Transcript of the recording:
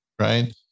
right